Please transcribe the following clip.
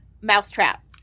Mousetrap